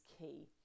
key